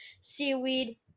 Seaweed